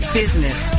business